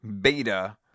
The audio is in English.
beta